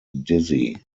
dizzy